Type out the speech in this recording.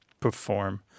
perform